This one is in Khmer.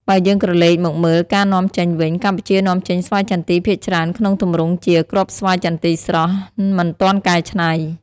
បើយើងក្រឡេកមកមើលការនាំចេញវិញ កម្ពុជានាំចេញស្វាយចន្ទីភាគច្រើនក្នុងទម្រង់ជា គ្រាប់ស្វាយចន្ទីស្រស់ មិនទាន់កែច្នៃ។